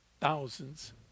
thousands